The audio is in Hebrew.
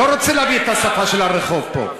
אני לא רוצה להביא את השפה של הרחוב פה.